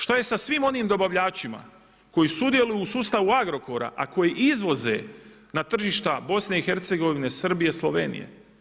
Šta je sa svim onim dobavljačima koji sudjeluju u sustavu Agrokora, a koji izvoze na tržišta BiH, Srbije, Slovenije.